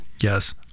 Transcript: Yes